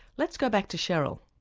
let's go back to cheryl.